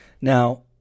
now